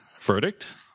verdict